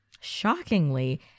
Shockingly